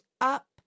up